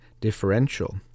differential